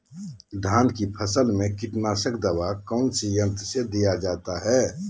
धान की फसल में कीटनाशक दवा कौन सी यंत्र से दिया जाता है?